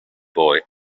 boy